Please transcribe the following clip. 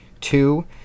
Two